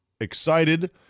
excited